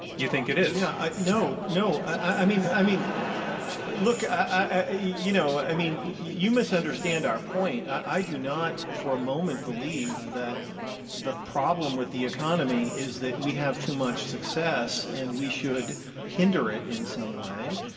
you think it is? yeah. i no. no. i mean i mean look, i i you know mean, you misunderstand our point. i do not, for a moment, believe that the problem with the economy is that we have too much success and we should hinder it in some way.